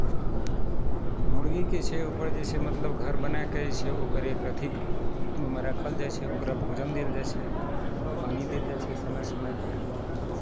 मुर्गीकेँ छै ओकर जे छै मतलब घर बनाए कऽ जे छै ओकरे अथी ओहिमे राखल जाइ छै ओकरा भोजन देल जाइ छै पानि देल जाइ छै समय समयपर